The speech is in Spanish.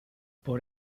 por